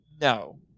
no